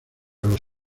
los